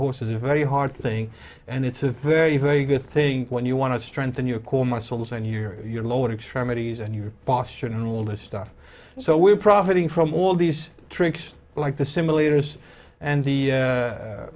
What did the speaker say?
horse is a very hard thing and it's a very very good thing when you want to strengthen your core muscles and your your lower extremities and your boss should handle this stuff so we're profiting from all these tricks like the simulators and the